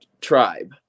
tribe